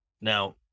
Now